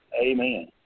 Amen